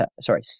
Sorry